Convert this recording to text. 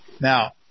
Now